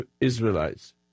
Israelites